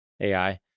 AI